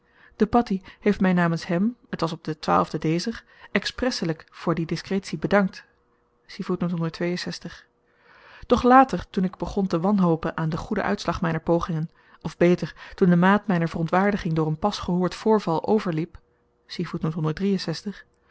de patteh heeft my namens hem het was op den expresselijk voor die diskretie bedankt doch later toen ik begon te wanhopen aan den goeden uitslag myner pogingen of beter toen de maat myner verontwaardiging door een pas gehoord voorval overliep